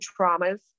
traumas